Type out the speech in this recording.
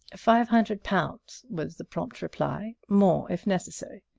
five hundred pounds, was the prompt reply more, if necessary.